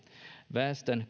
väestön